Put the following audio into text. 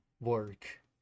work